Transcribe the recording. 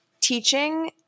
teaching